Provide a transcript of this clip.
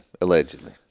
allegedly